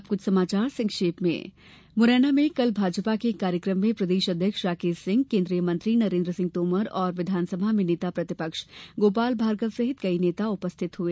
अब कुछ समाचार संक्षेप में मुरैना में कल भाजपा के एक कार्यक्रम में प्रदेश अध्यक्ष राकेश सिंह केन्द्रीय मंत्री नरेन्द्र सिंह तोमर और विधानसभा में नेता प्रतिपक्ष गोपाल भार्गव सहित कई नेता उपस्थित हुए